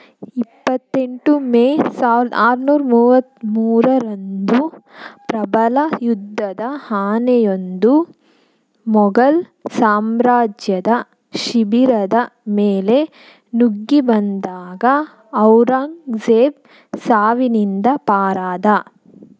ಇಪ್ಪತ್ತೆಂಟು ಮೇ ಸಾವ್ರ್ದ ಆರ್ನೂರ ಮೂವತ್ತು ಮೂರರಂದು ಪ್ರಬಲ ಯುದ್ಧದ ಆನೆಯೊಂದು ಮೊಘಲ್ ಸಾಮ್ರಾಜ್ಯದ ಶಿಬಿರದ ಮೇಲೆ ನುಗ್ಗಿಬಂದಾಗ ಔರಂಗ್ಜೇಬ್ ಸಾವಿನಿಂದ ಪಾರಾದ